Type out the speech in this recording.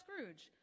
Scrooge